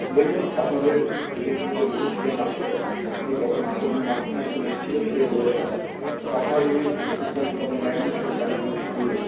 দেখুন আপনাদের এজেন্সিতে বহু ছেলে কাজ করে কে কখন আসে কিন্তু মাঝখানে একজন এসেছিল সে করেছে ব্যাপারটা আপনারা যদি একটু খোঁজখবর নেন সে কেন এইটা করল